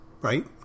Right